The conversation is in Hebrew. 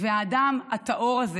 והאדם הטהור הזה